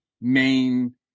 main